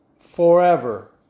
forever